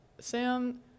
Sam